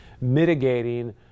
mitigating